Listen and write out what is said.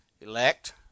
elect